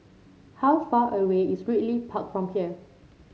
how far away is Ridley Park from here